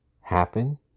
happen